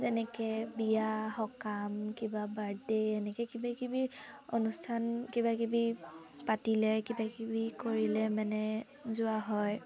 যেনেকৈ বিয়া সকাম কিবা বাৰ্থডে' এনেকৈ কিবাকিবি অনুষ্ঠান কিবাকিবি পাতিলে কিবাকিবি কৰিলে মানে যোৱা হয়